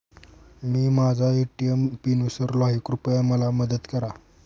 मी माझा ATM pin विसरलो आहे, कृपया मला मदत करा